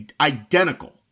identical